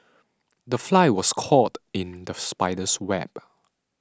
the fly was caught in the spider's web